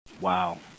Wow